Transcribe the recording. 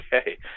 okay